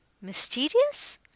Mysterious